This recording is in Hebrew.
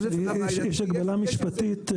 יש הגבלה משפטית.